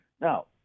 Now